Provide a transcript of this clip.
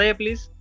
please